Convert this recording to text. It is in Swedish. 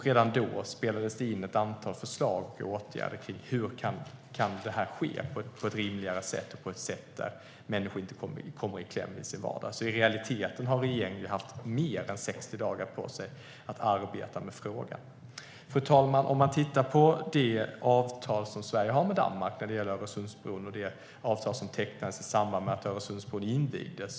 Redan då spelades det in ett antal förslag på åtgärder så att kontrollen kunde ske på ett rimligare sätt så att människor inte kommer i kläm i sin vardag. I realiteten har regeringen haft mer än 60 dagar på sig att arbeta med frågan. Fru talman! Låt oss titta på det avtal som Sverige har med Danmark om Öresundsbron, som tecknades i samband med att Öresundsbron invigdes.